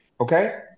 Okay